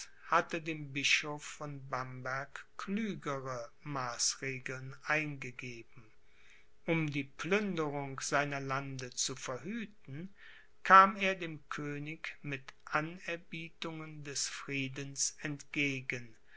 hatte dem bischof von bamberg klügere maßregeln eingegeben um die plünderung seiner lande zu verhüten kam er dem könig mit anerbietungen des friedens entgegen